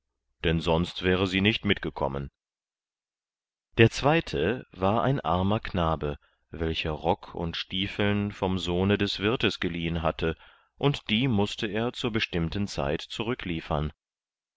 denn sonst wäre sie nicht mitgekommen der zweite war ein armer knabe welcher rock und stiefeln vom sohne des wirtes geliehen hatte und die mußte er zur bestimmten zeit